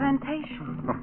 plantation